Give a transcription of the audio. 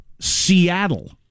Seattle